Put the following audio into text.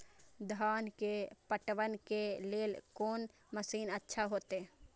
धान के पटवन के लेल कोन मशीन अच्छा होते?